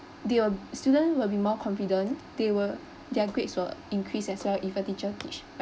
they will student will be more confident they will their grades will increase as well if a teacher teach well